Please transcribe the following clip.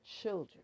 children